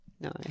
No